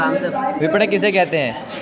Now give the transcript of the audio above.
विपणन किसे कहते हैं?